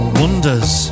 wonders